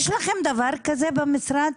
יש לכם דבר כזה במשרד?